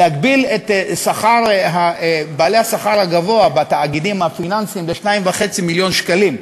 להגביל את שכר בעלי השכר הגבוה בתאגידים הפיננסיים ל-2.5 מיליון שקלים.